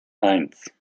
eins